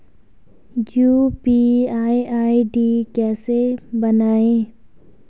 UPI ID कैसे बनायें?